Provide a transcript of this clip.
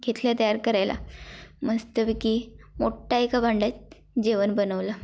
घेतलं तयार करायला मस्तपैकी मोठा एका भांड्यात जेवण बनवलं